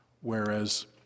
Whereas